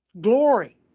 glory